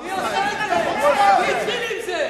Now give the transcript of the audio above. מי התחיל עם זה?